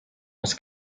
was